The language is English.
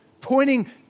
pointing